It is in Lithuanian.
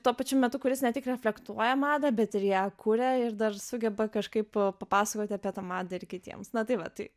tuo pačiu metu kuris ne tik reflektuoja madą bet ir ją kuria ir dar sugeba kažkaip papasakoti apie tą madą ir kitiems na tai va tai